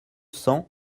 cents